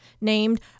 named